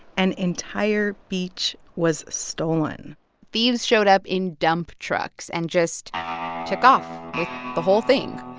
an entire beach was stolen thieves showed up in dump trucks and just took off the whole thing.